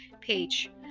Page